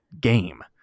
game